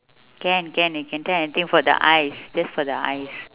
can can you can tell anything for the eyes just for the eyes